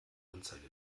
anzeige